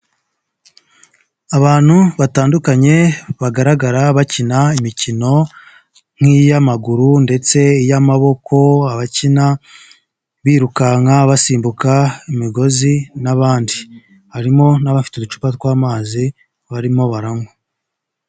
Abantu batandukanye bagaragara bakina imikino nk'iy'amaguru ndetse iy'amaboko, abakina birukanka, basimbuka imigozi n'abandi harimo n'abafite uducupa tw'amazi barimo baranywa.